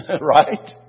Right